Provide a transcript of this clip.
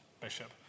bishop